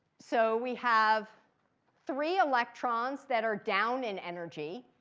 so we have three electrons that are down in energy.